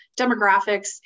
demographics